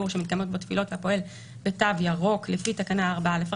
שמתקיימות בו תפילות והפועל ב"תו ירוק" לפי תקנה 4א,